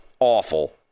Awful